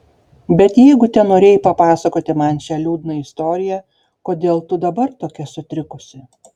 bet jeigu tenorėjai papasakoti man šią liūdną istoriją kodėl tu dabar tokia sutrikusi